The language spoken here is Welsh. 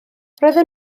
roedden